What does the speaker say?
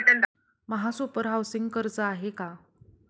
महासुपर हाउसिंग कर्ज आहे का?